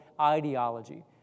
ideology